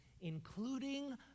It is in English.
including